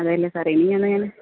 അതേല്ലെ സാറേ ഇനിയെന്നാണ് ഞാൻ